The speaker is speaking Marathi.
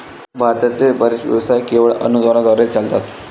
भारतातील बरेच व्यवसाय केवळ अनुदानाद्वारे चालतात